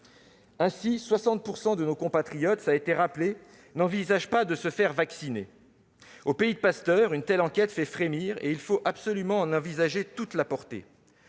Ainsi, 60 % de nos compatriotes n'envisagent pas de se faire vacciner. Au pays de Pasteur, une telle enquête fait frémir, et il faut absolument en envisager toute la portée,